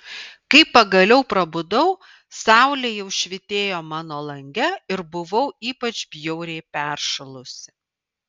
kai pagaliau prabudau saulė jau švytėjo mano lange ir buvau ypač bjauriai peršalusi